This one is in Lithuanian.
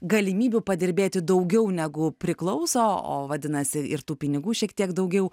galimybių padirbėti daugiau negu priklauso o vadinasi ir tų pinigų šiek tiek daugiau